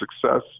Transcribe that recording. success